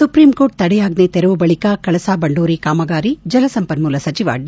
supreme court ತಡೆಯಾಜ್ಲ್ ತೆರವು ಬಳಿಕ ಕಳಸಾ ಬಂಡೂರಿ ಕಾಮಗಾರಿ ಜಲಸಂಪನ್ಮೂಲ ಸಚಿವ ಡಿ